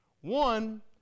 One